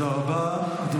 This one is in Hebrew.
תודה רבה.